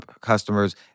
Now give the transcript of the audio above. customers